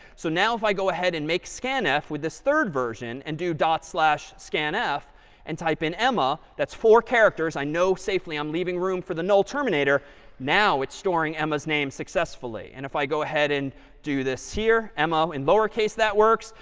so now if i go ahead and make scanf with this third version and do dot slash scanf and type in emma that's four characters. i know safely i'm leaving room for the null terminator now it's storing emma's name successfully. and if i go ahead and do this here, emma, in lower case, that works.